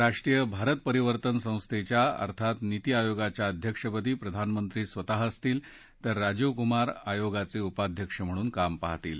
राष्ट्रीय भारत परिवर्तन संस्थेच्या अर्थात नीति आयोगाच्या अध्यक्षपदी प्रधानमंत्री स्वतः असतील तर राजीव कुमार आयोगाचे उपाध्यक्ष म्हणून काम पाहतील